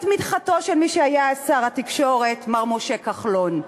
בתמיכתו של מי שהיה שר התקשורת, מר משה כחלון.